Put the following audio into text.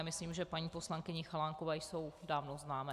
Myslím, že paní poslankyni Chalánkové jsou dávno známé.